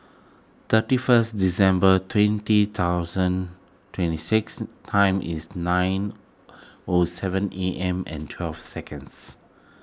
thirty first December twenty thousand twenty six time is nine O seven A M and twelve seconds